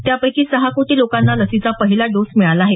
त्यापैकी सहा कोटी लोकांना लसीचा पहिला डोस मिळाला आहे